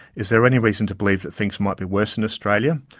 is there any reason to believe that things might be worse in australia?